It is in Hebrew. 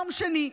יום שני,